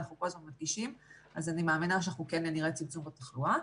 אנחנו כל הזמן מדגישים אז אני מאמינה שאנחנו כן נראה שיפור בתחלואה.